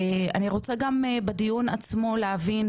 אני רוצה גם בדיון עצמו להבין,